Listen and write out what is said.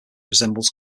resembles